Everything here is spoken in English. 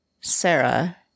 Sarah